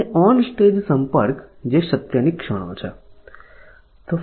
અને on stage સંપર્ક જે સત્યની ક્ષણો છે